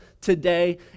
today